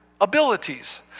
abilities